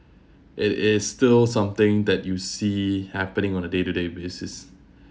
it is still something that you see happening on a day to day basis